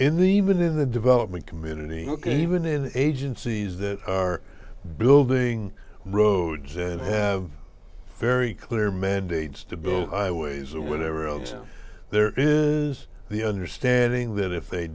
the even in the development community ok even in agencies that are building roads and have very clear mandates to build highways or whatever and so there is the understanding that if they